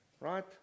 Right